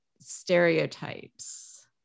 stereotypes